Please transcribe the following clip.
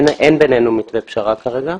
אין בינינו מתווה פשרה כרגע.